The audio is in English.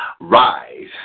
rise